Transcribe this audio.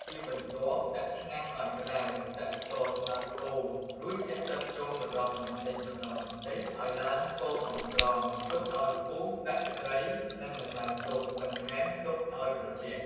ជាបន្ទាប់ ដាក់ឆ្នាំងអោយក្ដៅដាក់ស្ករត្នោតកូរ រួចចាក់ទឹកចូលម្ដងបន្តិចៗអោយឡើងពងអង្ក្រង ទុកឲ្យពុះដាក់ទឹកត្រីនិងម្សៅស៊ុបបន្ថែមទុកឲ្យត្រជាក់។